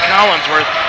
Collinsworth